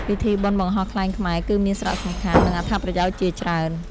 ពិធីបុណ្យបង្ហោះខ្លែងខ្មែរ គឹមានសារៈសំខាន់ និងអត្ថប្រយោជន៍ជាច្រើន។